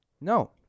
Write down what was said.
No